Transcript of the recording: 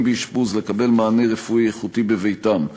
באשפוז לקבל מענה רפואי איכותי בביתם.